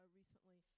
recently